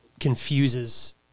confuses